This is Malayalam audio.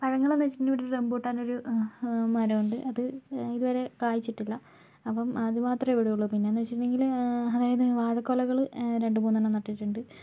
പഴങ്ങൾ എന്ന് വച്ചിട്ടുണ്ടെങ്കിൽ എൻ്റെ വീട്ടിൽ റംബൂട്ടാൻ ഒരു ഉ മരമുണ്ട് അത് ഇതുവരെ കായിച്ചിട്ടില്ല അപ്പം അതുമാത്രമേ ഇവിടെ ഉള്ളൂ പിന്നെ എന്ന് വെച്ചിട്ടുണ്ടെങ്കിൽ അതായത് വാഴക്കുലകൾ രണ്ടുമൂന്നെണ്ണം നട്ടിട്ടുണ്ട്